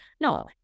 No